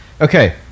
Okay